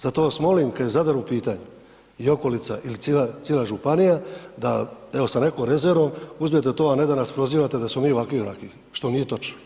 Zato vas molim kada je Zadar u pitanju i okolica i cijela županija da evo sa nekom rezervom uzmete to, a ne da nas prozivate da smo mi ovaki, onaki što nije točno.